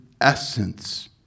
essence